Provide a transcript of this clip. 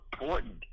important